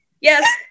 yes